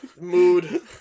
Mood